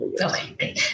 Okay